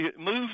move